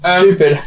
stupid